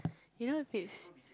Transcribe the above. you know if it's